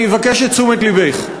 אני אבקש את תשומת לבך,